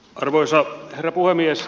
arvoisa herra puhemies